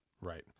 right